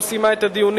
אך לא סיימה את הדיונים.